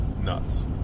Nuts